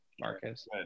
Marcus